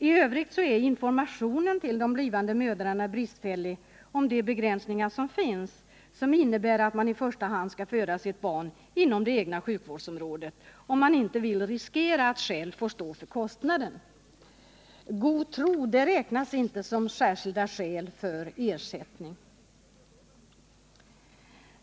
I övrigt är informationen till de blivande mödrarna bristfällig när det gäller de begränsningar som finns och som innebär att man i första hand skall föda sitt barn inom det egna sjuk vårdsområdet, om man inte vill riskera att själv få stå för kostnaderna. God tro räknas inte som särskilda skäl för ersättning.